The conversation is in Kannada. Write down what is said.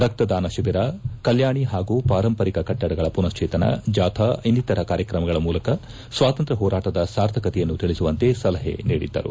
ರಕ್ತದಾನ ಶಿಬಿರ ಕಲ್ಕಾಣಿ ಹಾಗೂ ಪಾರಂಪರಿಕ ಕಟ್ಟಡಗಳ ಪುನಕ್ಷೇತನ ಜಾಥಾ ಇನ್ನಿತರ ಕಾರ್ಯಕ್ರಮಗಳ ಮೂಲಕ ಸ್ವಾತಂತ್ರ ್ಕ ಹೋರಾಟದ ಸಾರ್ಥಕತೆಯನ್ನು ತಿಳಿಸುವಂತೆ ಸಲಹೆ ನೀಡಿದರು